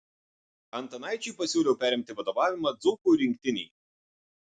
antanaičiui pasiūliau perimti vadovavimą dzūkų rinktinei